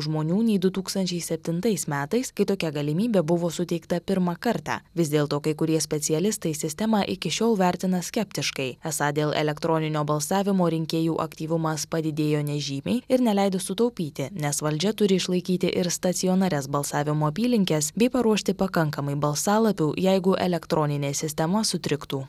žmonių nei du tūkstančiai septintais metais kai tokia galimybė buvo suteikta pirmą kartą vis dėl to kai kurie specialistai sistemą iki šiol vertina skeptiškai esą dėl elektroninio balsavimo rinkėjų aktyvumas padidėjo nežymiai ir neleido sutaupyti nes valdžia turi išlaikyti ir stacionarias balsavimo apylinkes bei paruošti pakankamai balsalapių jeigu elektroninė sistema sutriktų